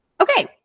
Okay